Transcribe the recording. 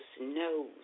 knows